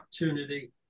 opportunity